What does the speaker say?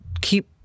keep